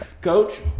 Coach